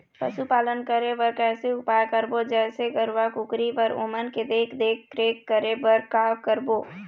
पशुपालन करें बर कैसे उपाय करबो, जैसे गरवा, कुकरी बर ओमन के देख देख रेख करें बर का करबो?